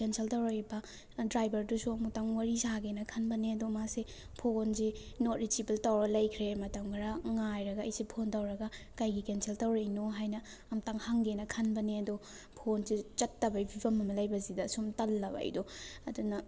cancel ꯇꯧꯔꯛꯏꯕ ꯗ꯭ꯔꯥꯏꯚꯔꯗꯨꯁꯨ ꯑꯃꯨꯛꯇꯪ ꯋꯥꯔꯤ ꯁꯥꯒꯦꯅ ꯈꯟꯕꯅꯦ ꯑꯗꯣ ꯃꯥꯁꯦ ꯐꯣꯟꯁꯦ ꯅꯣꯠ ꯔꯤꯆꯤꯕꯜ ꯇꯧꯔ ꯂꯩꯈ꯭ꯔꯦ ꯃꯇꯝ ꯈꯔ ꯉꯥꯏꯔꯒ ꯑꯩꯁꯦ ꯐꯣꯟ ꯇꯧꯔꯒ ꯀꯩꯒꯤ ꯀꯦꯟꯁꯦꯜ ꯇꯧꯔꯛꯏꯅꯣ ꯍꯥꯏꯅ ꯑꯝꯇꯪ ꯍꯪꯒꯦꯅ ꯈꯟꯕꯅꯦ ꯑꯗꯣ ꯐꯣꯟꯁꯦ ꯆꯠꯇꯕꯩ ꯐꯤꯕꯝ ꯑꯃ ꯂꯩꯕꯁꯤꯗ ꯁꯨꯝ ꯇꯜꯂꯕ ꯑꯩꯗꯣ ꯑꯗꯨꯅ